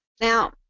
Now